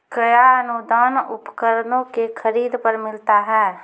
कया अनुदान उपकरणों के खरीद पर मिलता है?